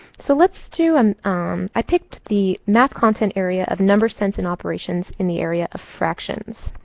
so let's do and um i picked the math content area of number sense and operations in the area of fractions.